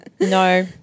No